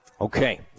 okay